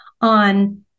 on